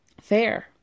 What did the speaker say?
Fair